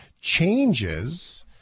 changes